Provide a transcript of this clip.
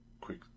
quick